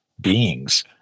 beings